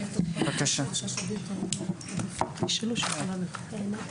שתוכלו להתייחס לגבי כמה דברים שנאמרו כאן.